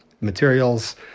materials